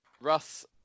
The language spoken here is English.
Russ